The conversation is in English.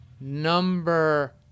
Number